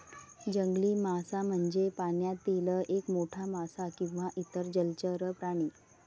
जंगली मासा म्हणजे पाण्यातील एक मोठा मासा किंवा इतर जलचर प्राणी